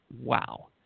wow